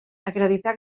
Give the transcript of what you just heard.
acreditar